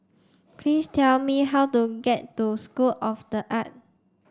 please tell me how to get to School of The Art